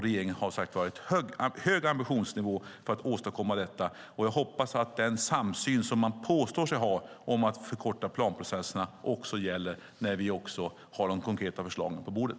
Regeringen har som sagt en hög ambitionsnivå för att åstadkomma detta, och jag hoppas att den samsyn som man påstår sig ha om att förkorta planprocesserna också gäller när vi har de konkreta förslagen på bordet.